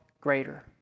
greater